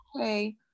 okay